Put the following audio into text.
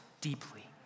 deeply